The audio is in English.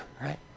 right